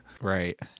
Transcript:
Right